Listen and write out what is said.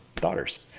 daughters